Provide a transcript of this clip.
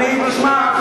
תשמע,